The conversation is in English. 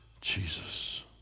jesus